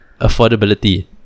Affordability